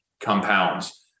compounds